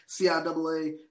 CIAA